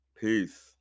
Peace